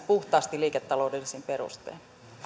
puhtaasti liiketaloudellisin perustein